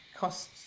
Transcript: costs